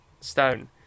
Stone